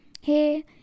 hey